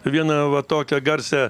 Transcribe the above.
vieną va tokia garsią